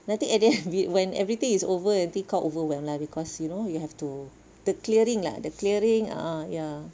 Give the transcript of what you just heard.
nanti at the end when everything is over nanti kau overwhelmed cause you know you have to the clearing lah the clearing a'ah ya